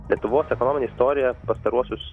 lietuvos ekonominė istorija pastaruosius